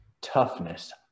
toughness